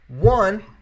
One